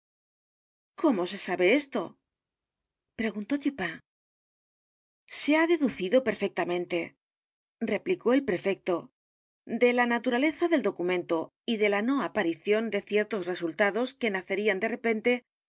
cómo se sabe esto preguntó dupin se ha deducido perfectamente replicó el prefecto de la naturaleza del documento y de la no aparición de ciertos resultados que nacerían de repente por